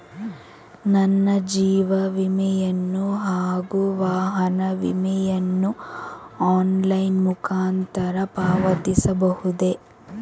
ನನ್ನ ಜೀವ ವಿಮೆಯನ್ನು ಹಾಗೂ ವಾಹನ ವಿಮೆಯನ್ನು ಆನ್ಲೈನ್ ಮುಖಾಂತರ ಪಾವತಿಸಬಹುದೇ?